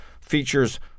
features